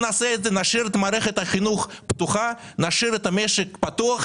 נשאיר את מערכת החינוך פתוחה, נשאיר את המשק פתוח.